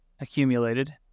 accumulated